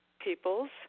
peoples